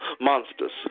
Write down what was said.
monsters